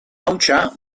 hautsa